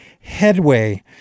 headway